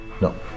No